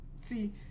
see